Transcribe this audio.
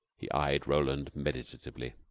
he eyed roland meditatively.